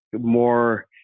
more